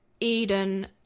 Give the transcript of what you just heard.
Eden